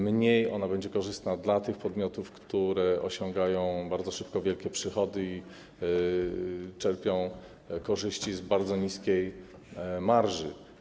Mniej ona będzie korzystna dla tych podmiotów, które osiągają bardzo szybko wielkie przychody i czerpią korzyści z bardzo niskiej marży.